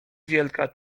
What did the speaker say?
wielka